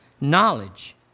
knowledge